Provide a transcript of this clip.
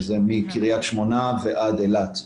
שזה מקרית שמונה ועד אילת.